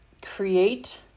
create